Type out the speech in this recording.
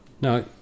no